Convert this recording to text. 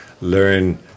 learn